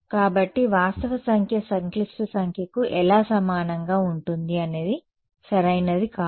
కాబట్టి వాస్తవ సంఖ్య సంక్లిష్ట సంఖ్యకు ఎలా సమానంగా ఉంటుంది అనేది సరైనది కాదు